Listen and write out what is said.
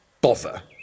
Bother